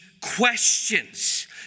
questions